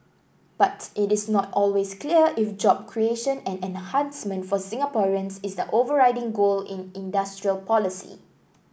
but it is not always clear if job creation and enhancement for Singaporeans is the overriding goal in industrial policy